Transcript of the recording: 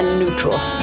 neutral